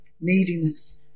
neediness